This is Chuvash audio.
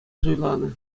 суйланӑ